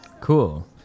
Cool